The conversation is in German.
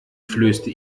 flößte